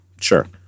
Sure